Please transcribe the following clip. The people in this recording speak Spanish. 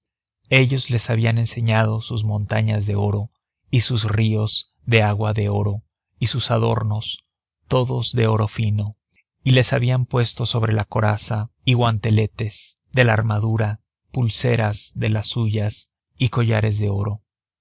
ellos les habían enseñado sus montañas de oro y sus ríos de agua de oro y sus adornos todos de oro fino y les habían puesto sobre la coraza y guanteletes de la armadura pulseras de las suyas y collares de oro